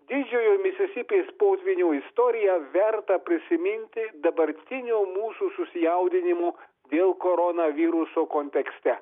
didžiojo misisipės potvynio istoriją verta prisiminti dabartinio mūsų susijaudinimo dėl koronaviruso kontekste